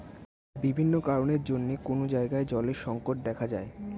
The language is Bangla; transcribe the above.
বিভিন্ন কারণের জন্যে কোন জায়গায় জলের সংকট দেখা যায়